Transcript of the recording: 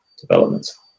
developments